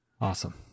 Awesome